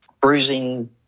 bruising